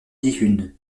dihun